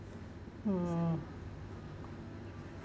hmm